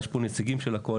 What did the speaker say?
יש פה נציגים של הקואליציה,